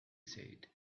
said